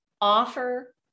offer